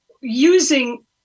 using